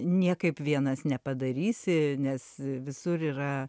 niekaip vienas nepadarysi nes visur yra